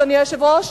אדוני היושב-ראש,